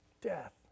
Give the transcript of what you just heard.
death